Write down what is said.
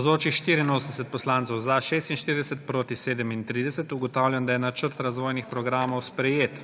37. (Za je glasovalo 46.)(Proti 37.) Ugotavljam, da je Načrt razvojnih programov sprejet.